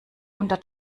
unter